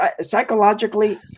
psychologically